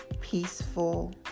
peaceful